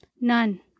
None